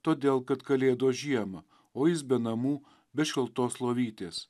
todėl kad kalėdos žiemą o jis be namų be šiltos lovytės